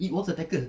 it was a tackle